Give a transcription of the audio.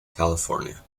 california